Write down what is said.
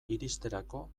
iristerako